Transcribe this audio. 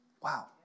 Wow